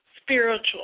spiritual